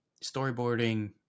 storyboarding